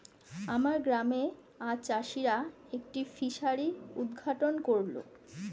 আমার গ্রামে আজ চাষিরা একটি ফিসারি উদ্ঘাটন করল